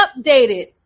updated